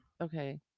Okay